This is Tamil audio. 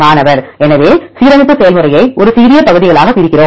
மாணவர் எனவே சீரமைப்பு செயல்முறையை ஒரு சிறிய பகுதிகளாகப் பிரிக்கிறோம்